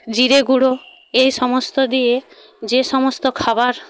জিরে গুঁড়ো এই সমস্ত দিয়ে যে সমস্ত খাবার